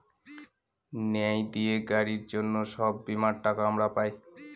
ন্যায় দিয়ে গাড়ির জন্য সব বীমার টাকা আমরা পাই